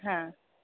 ಹಾಂ